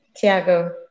Tiago